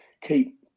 keep